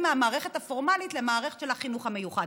מהמערכת הפורמלית למערכת של החינוך המיוחד.